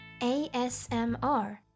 ASMR